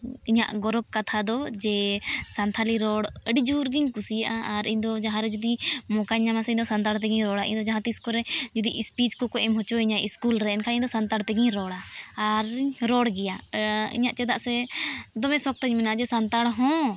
ᱤᱧᱟᱹᱜ ᱜᱚᱨᱚᱵᱽ ᱠᱟᱛᱷᱟ ᱫᱚ ᱡᱮ ᱥᱟᱱᱛᱷᱟᱞᱤ ᱨᱚᱲ ᱟᱹᱰᱤ ᱡᱳᱨ ᱜᱮᱧ ᱠᱩᱥᱤᱭᱟᱜᱼᱟ ᱟᱨ ᱤᱧᱫᱚ ᱡᱟᱦᱟᱸᱨᱮ ᱡᱩᱫᱤ ᱢᱚᱠᱟᱧ ᱧᱟᱢ ᱟᱥᱮ ᱤᱧ ᱫᱚ ᱥᱛᱟᱲ ᱛᱮᱜᱮᱧ ᱨᱚᱲᱟ ᱤᱧ ᱫᱚ ᱡᱟᱦᱟᱸ ᱛᱤᱥ ᱠᱚᱨᱮᱜ ᱤᱥᱯᱤᱡ ᱠᱚ ᱠᱚ ᱮᱢ ᱦᱚᱪᱚᱧᱟ ᱤᱥᱠᱩᱞ ᱨᱮ ᱮᱱᱠᱷᱟᱱ ᱤᱧᱫᱚ ᱥᱟᱱᱛᱟᱲ ᱛᱮᱜᱮᱧ ᱨᱚᱲᱟ ᱟᱨᱤᱧ ᱨᱚᱲ ᱜᱮᱭᱟ ᱤᱧᱟᱹᱜ ᱪᱮᱫᱟᱜ ᱥᱮ ᱫᱚᱢᱮ ᱥᱚᱠᱛᱤᱧ ᱢᱮᱱᱟᱜᱼᱟ ᱡᱮ ᱥᱟᱱᱛᱟᱲ ᱦᱚᱸ